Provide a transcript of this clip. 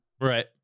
Right